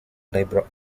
liberal